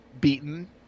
beaten